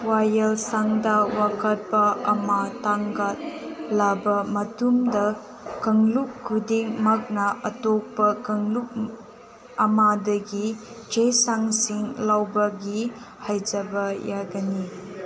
ꯋꯥꯌꯦꯜꯁꯪꯗ ꯋꯥꯀꯠꯄ ꯑꯃ ꯊꯥꯒꯠꯂꯕ ꯃꯇꯨꯡꯗ ꯀꯥꯡꯂꯨꯞ ꯈꯨꯗꯤꯡ ꯃꯛꯅ ꯑꯇꯣꯞꯄ ꯀꯥꯡꯂꯨꯞ ꯑꯃꯗꯒꯤ ꯆꯦꯆꯥꯡꯁꯤꯡ ꯂꯧꯕꯒꯤ ꯍꯥꯏꯖꯕ ꯌꯥꯒꯅꯤ